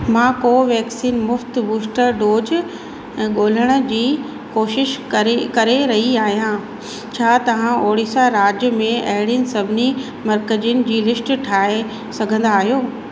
मां कोवेक्सीन मुफ़्त booster dose ॻोल्हण जी कोशिश करे करे रही आहियां छा तव्हां ओडिशा राज्य में अहिड़नि सभिनी मर्कज़नि जी लिस्ट ठाहे सघंदा आहियो